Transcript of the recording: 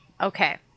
Okay